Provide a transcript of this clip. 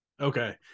Okay